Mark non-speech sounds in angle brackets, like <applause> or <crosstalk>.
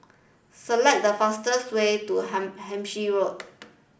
select the fastest way to <unintelligible> Hampshire Road